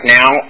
now